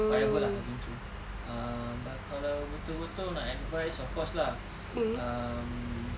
whatever lah I've been through um but kalau betul-betul nak advice of course lah um